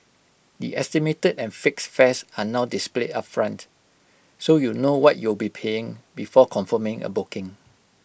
the estimated and fixed fares are not displayed upfront so you know what you'll be paying before confirming A booking